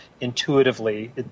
intuitively